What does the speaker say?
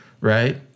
right